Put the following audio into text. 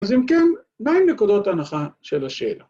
אז אם כן, מהם נקודות הנחה של השאלה?